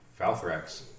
Falthrax